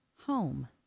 home